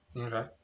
Okay